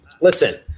listen